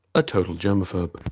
a total germaphobe.